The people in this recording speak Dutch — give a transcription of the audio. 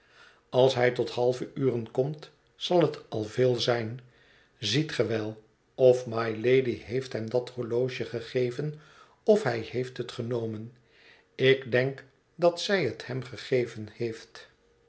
als hij tot halve uren komt zal het al veel zijn ziet ge wel of mylady heeft hem dat horloge gegeven of hij heeft het genomen ik denk dat zij het hem gegeven heeft